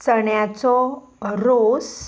चण्याचो रोस